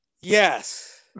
Yes